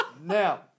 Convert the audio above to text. now